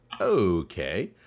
okay